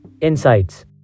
Insights